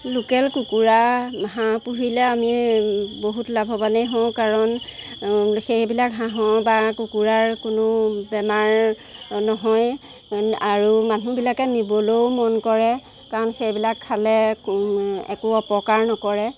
local কুকুৰা হাঁহ পোহিলে আমি বহুত লাভৱানেই হওঁ কাৰণ সেইবিলাক হাঁহৰ বা কুকুৰাৰ কোনো বেমাৰ নহয় আৰু মানুহবিলাকে নিবলও মন কৰে কাৰণ সেইবিলাক খালে একো অপকাৰ নকৰে